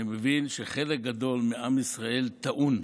אני מבין שחלק גדול מעם ישראל טעון,